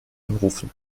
anrufen